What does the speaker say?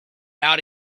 out